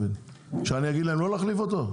שאני אגיד להם לא להחליף אותו?